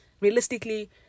realistically